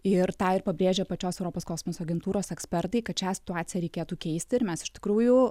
ir tą ir pabrėžia pačios europos kosmoso agentūros ekspertai kad šią situaciją reikėtų keisti ir mes iš tikrųjų